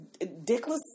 dickless